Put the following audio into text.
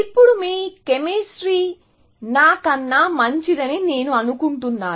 ఇప్పుడు మీ కెమిస్ట్రీ నా కన్నా మంచిదని నేను అనుకుంటున్నాను